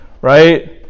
Right